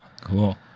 Cool